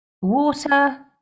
water